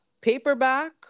Paperback